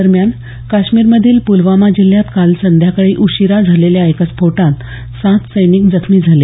दरम्यान काश्मीरमधील प्लवामा जिल्ह्यात काल संध्याकाळी उशीरा झालेल्या एका स्फोटात सात सैनिक जखमी झाले